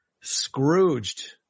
Scrooged